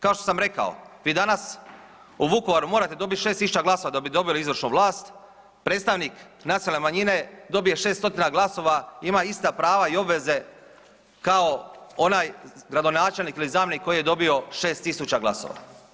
Kao što sam rekao, vi danas u Vukovaru morate dobiti 6.000 glasova da bi dobili izvršnu vlast, predstavnik nacionalne manjine dobije 600 glasova ima ista prava i obveze kao onaj gradonačelnik ili zamjenik koji je dobio 6.000 glasova.